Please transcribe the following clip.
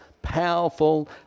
powerful